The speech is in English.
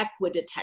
equidetector